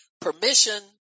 permission